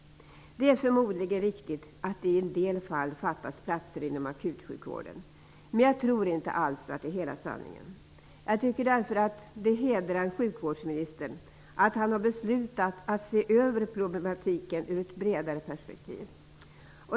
Det är förmodligen riktigt att det i en del fall fattas platser inom akutsjukvården, men jag tror inte alls att det är hela sanningen. Jag tycker därför att det hedrar sjukvårdsministern att han har beslutat att se över problematiken ur ett bredare perspektiv.